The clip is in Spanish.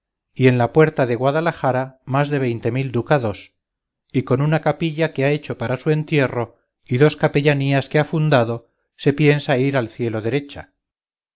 y en la puerta de guadalajara más de veinte mil ducados y con una capilla que ha hecho para su entierro y dos capellanías que ha fundado se piensa ir al cielo derecha